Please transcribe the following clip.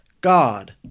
God